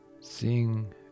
seeing